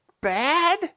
bad